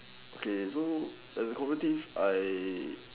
okay so the common things I